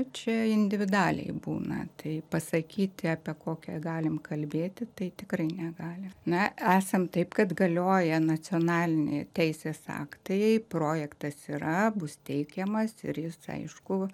čia individualiai būna tai pasakyti apie kokią galim kalbėti tai tikrai negalim na esam taip kad galioja nacionaliniai teisės aktai projektas yra bus teikiamas ir jis aišku